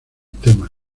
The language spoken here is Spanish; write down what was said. tema